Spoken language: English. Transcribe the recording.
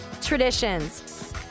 traditions